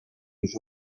już